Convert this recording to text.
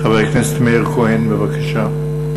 חבר הכנסת מאיר כהן, בבקשה.